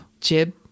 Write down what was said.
Jib